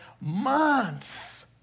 months